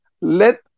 let